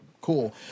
cool